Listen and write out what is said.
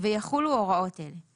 ויחולו הוראות אלה: